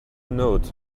note